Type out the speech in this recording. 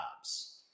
jobs